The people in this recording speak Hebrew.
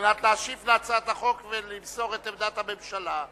מנת להשיב על הצעת החוק ולמסור את עמדת הממשלה.